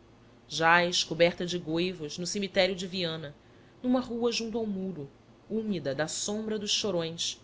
aleluia jaz coberta de goivos no cemitério de viana numa rua junto ao muro úmida da sombra dos chorões